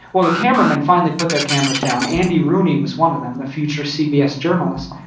well the cameramen finally put their cameras down. andy rooney was one of them, the future cbs journalist.